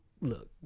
look